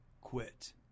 quit